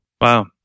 Wow